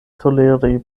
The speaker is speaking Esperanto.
toleri